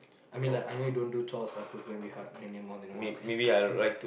I mean like I know you don't do chores lah so it's going to be hard naming more than one